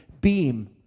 beam